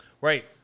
Right